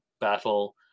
battle